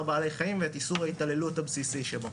בעלי חיים ואת איסור ההתעללות הבסיסי שבו.